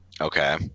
Okay